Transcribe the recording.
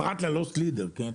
פרט ל""lost leader כן?